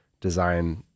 design